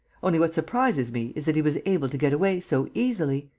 only, what surprises me is that he was able to get away so easily.